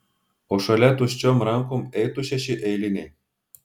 o šalia tuščiom rankom eitų šeši eiliniai